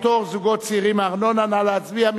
פטור זוגות צעירים מארנונה) נא להצביע.